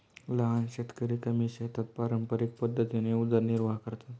लहान शेतकरी कमी शेतात पारंपरिक पद्धतीने उदरनिर्वाह करतात